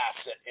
asset